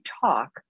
talk